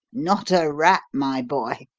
not a rap, my boy.